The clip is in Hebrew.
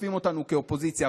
תוקפים אותנו כאופוזיציה,